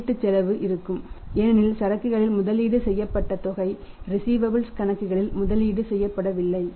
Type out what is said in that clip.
முதலீட்டு செலவு இருக்கும் ஏனெனில் சரக்குகளில் முதலீடு செய்யப்பட்ட தொகை ரிஸீவபல்ஸ் கணக்குகளில் முதலீடு செய்யப்படவில்லை